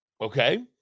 Okay